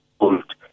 old